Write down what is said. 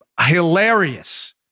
hilarious